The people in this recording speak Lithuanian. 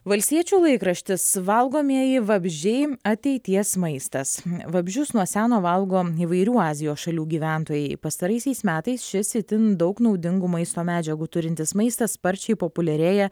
valstiečių laikraštis valgomieji vabzdžiai ateities maistas vabzdžius nuo seno valgo įvairių azijos šalių gyventojai pastaraisiais metais šis itin daug naudingų maisto medžiagų turintis maistas sparčiai populiarėja